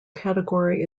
category